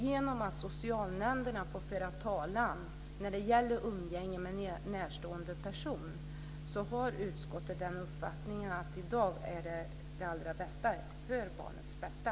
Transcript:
Genom att socialnämnderna får föra talan när det gäller umgänge med närstående person har utskottet uppfattningen att det i dag är det allra bästa för barnets bästa.